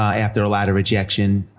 ah after a lot of rejection.